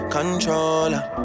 Controller